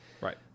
Right